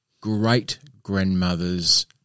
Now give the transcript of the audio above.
great-grandmother's